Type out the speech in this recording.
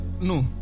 no